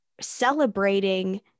celebrating